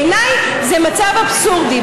בעיניי, זה מצב אבסורדי.